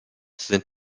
sind